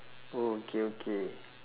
oh okay okay